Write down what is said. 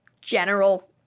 general